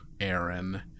Aaron